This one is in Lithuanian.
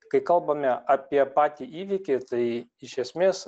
kai kalbame apie patį įvykį tai iš esmės